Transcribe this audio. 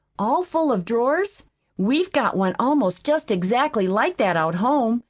all full of drawers we've got one almost just exactly like that out home,